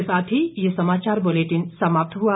इसी के साथ ये समाचार बुलेटिन समाप्त हुआ